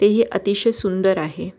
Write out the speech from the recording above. तेही अतिशय सुंदर आहे